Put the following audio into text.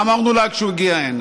אמרנו לה כשהוא הגיע הנה.